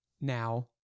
now